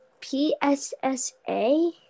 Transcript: PSSA